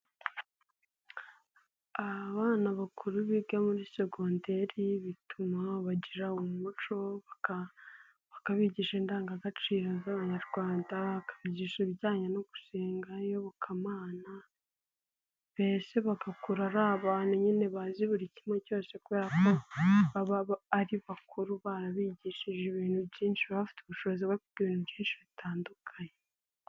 Abana bakuru biga muri segonderi bituma bagira umuco, bakabigisha indangagaciro z'abanyarwanda, bakabyigisha ibijyanye no gusenga, iyobokamana, mbese bagakura ari abantu nyine bazi buri kimwe cyose kubera ko baba ari bakuru barabigishije ibintu byinshi, baba bafite ubushobozi bwo gukora ibintu byinshi bitandukanye.